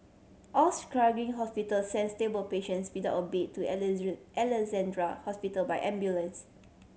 all struggling hospital sent stable patients without a bed to Alexandra Hospital by ambulance